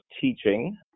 teaching